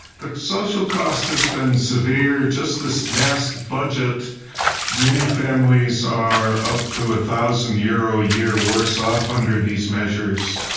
the social cost has been severe. just this past budget many families are up to one ah thousand euro a year worse off under these measures.